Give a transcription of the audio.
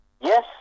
Yes